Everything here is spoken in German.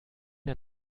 der